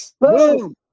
Boom